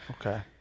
Okay